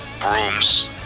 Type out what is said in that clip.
brooms